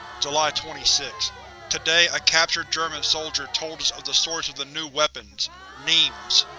july twenty sixth today, a captured german soldier told us of the source of the new weapons nemes!